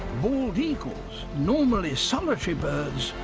bald eagles, normally solitary birds,